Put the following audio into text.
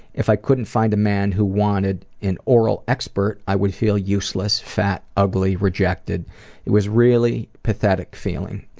if i couldn't find a man who wanted an oral expert, i would feel useless, fat, ugly, rejected it was really pathetic feeling.